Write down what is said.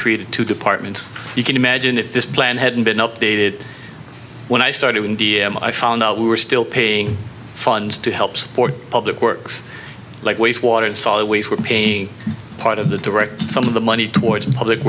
created two departments you can imagine if this plan hadn't been updated when i started in d m i found out we were still paying funds to help support public works like waste water and saw that we were paying part of the direct some of the money towards public